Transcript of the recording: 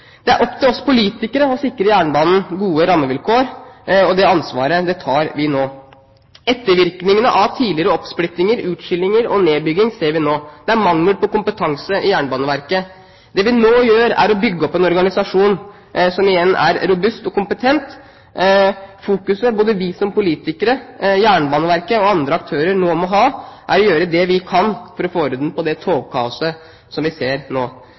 Det er opp til oss politikere å sikre jernbanen gode rammevilkår, og det ansvaret tar vi nå. Ettervirkningene av tidligere oppsplittinger, utskillinger og nedbygging ser vi nå. Det er mangel på kompetanse i Jernbaneverket. Det vi nå gjør, er å bygge opp en organisasjon som igjen er robust og kompetent. Det fokuset både vi som politikere, Jernbaneverket og andre aktører nå må ha, er å gjøre det vi kan for å få orden på det togkaoset som vi ser nå.